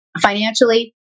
financially